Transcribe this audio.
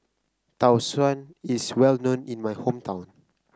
Tau Suan is well known in my hometown